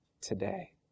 today